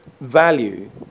value